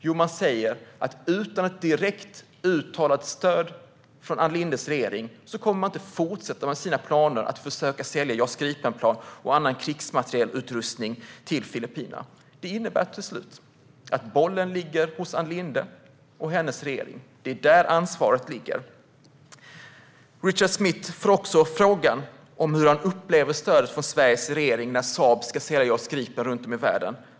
Jo, att utan ett direkt uttalat stöd från Ann Lindes regering kommer man inte att fortsätta med sina planer att försöka sälja JAS Gripen-plan och annan krigsmaterielutrustning till Filippinerna. Det innebär till slut att bollen ligger hos Ann Linde och hennes regering. Det är där ansvaret ligger. Richard Smith får också frågan om hur han upplever stödet från Sveriges regering när Saab ska sälja JAS Gripen runt om i världen.